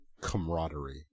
camaraderie